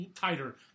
tighter